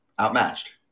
outmatched